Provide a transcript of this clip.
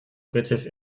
britisch